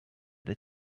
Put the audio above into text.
the